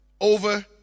over